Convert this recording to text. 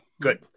good